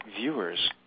viewers